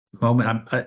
moment